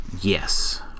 Yes